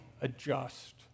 adjust